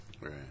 Right